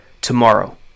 tomorrow